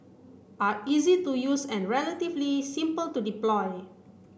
are easy to use and relatively simple to deploy